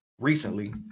recently